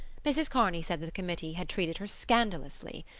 mrs. kearney said that the committee had treated her scandalously.